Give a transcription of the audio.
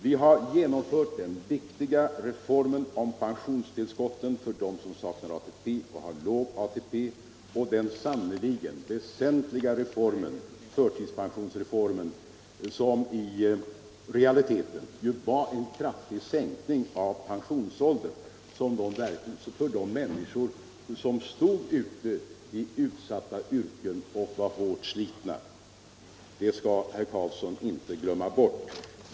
Vi har infört pensionstillskotten för dem som saknar ATP eller har låg ATP, och det är sannerligen en väsentlig reform. Detsamma gäller förtidspensionsreformen, som i realiteten var en kraftig sänkning av pensionsåldern för dem som haft ett hårt och slitsamt arbete. Detta skall herr Carlsson inte glömma bort.